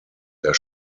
der